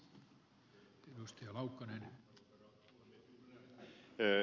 arvoisa puhemies